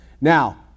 Now